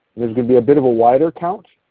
there's going to be a bit of a wider count.